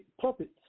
puppets